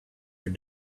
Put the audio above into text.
were